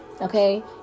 Okay